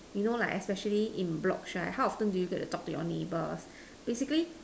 you know like especially in blocks right how often do you get to talk to your neighbours basically